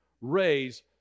raise